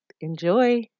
Enjoy